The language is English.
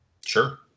Sure